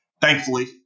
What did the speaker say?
Thankfully